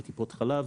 בטיפות חלב,